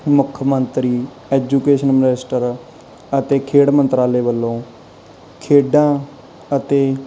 ਮੁੱਖ ਮੰਤਰੀ education minister ਅਤੇ ਖੇਡ ਮੰਤਰਾਲੇ ਵੱਲੋਂ ਖੇਡਾਂ ਅਤੇ